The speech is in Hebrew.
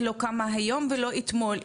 היא לא קמה היום ולא אתמול,